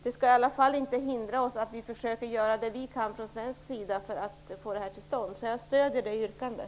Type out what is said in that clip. Det skall i alla fall inte hindra oss att från svensk sida försöka göra vad vi kan för att få detta till stånd. Jag stöder alltså yrkandet.